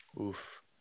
Oof